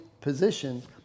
positions